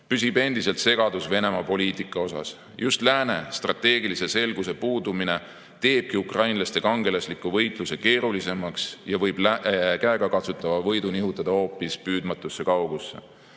püsib endiselt segadus Venemaa poliitika suhtes. Just lääne strateegilise selguse puudumine teebki ukrainlaste kangelasliku võitluse keerulisemaks ja võib käegakatsutava võidu nihutada hoopis püüdmatusse kaugusse.